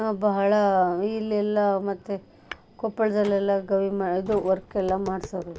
ಬಹಳ ಇಲ್ಲೆಲ್ಲಾ ಮತ್ತು ಕೊಪ್ಪಳದಲ್ಲೆಲ್ಲ ಗವಿ ಮ ಇದು ವರ್ಕೆಲ್ಲ ಮಾಡ್ಸೋರು